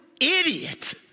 idiot